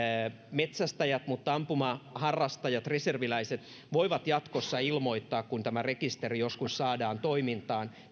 metsästäjät mutta myös ampumaharrastajat ja reserviläiset voivat jatkossa ilmoittaa nämä tiedot itse kun tämä rekisteri joskus saadaan toimintaan